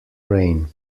rain